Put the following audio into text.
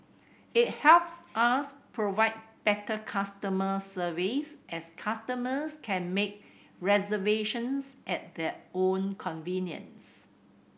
it helps us provide better customer service as customers can make reservations at their own convenience